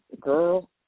girl